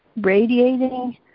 radiating